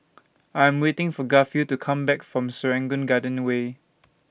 I Am waiting For Garfield to Come Back from Serangoon Garden Way